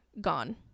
gone